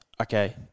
Okay